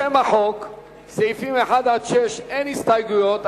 לשם החוק ולסעיפים 1 עד 6 אין הסתייגויות.